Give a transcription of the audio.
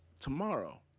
tomorrow